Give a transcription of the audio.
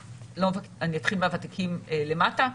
לא, אני אתחיל מהוותיקים למטה.